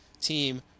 team